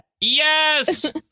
Yes